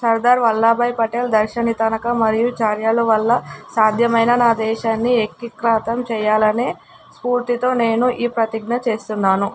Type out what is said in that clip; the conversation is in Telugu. సర్దార్ వల్లభ్భాయ్ పటేల్ దార్శనికత మరియు చర్యల వల్ల సాధ్యమైన నా దేశాన్ని ఏకీకృతం చెయ్యాలనే స్ఫూర్తితో నేను ఈ ప్రతిజ్ఞ చేస్తున్నాను